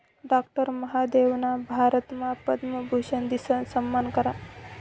doctor महादेवना भारतमा पद्मभूषन दिसन सम्मान करा